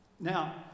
now